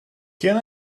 can